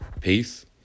Peace